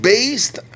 Based